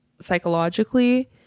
psychologically